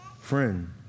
friend